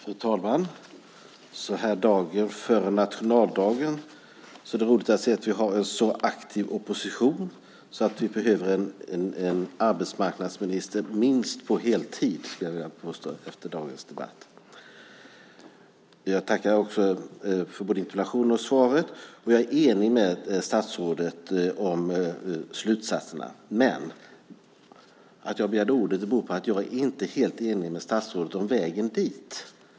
Fru talman! Så här dagen före nationaldagen är det roligt att se att vi har en så aktiv opposition att vi behöver en arbetsmarknadsminister på minst heltid. Jag tackar också för både interpellationen och svaret. Jag är enig med statsrådet om slutsatserna. Men att jag begärde ordet beror på att jag inte är helt enig med statsrådet om vägen dit.